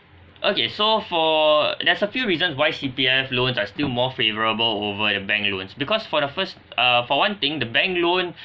okay so for there's a few reasons why C_P_F loans are still more favourable over the bank loans because for the first uh for one thing the bank loan